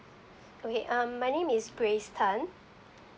okay um my name is grace tan